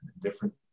different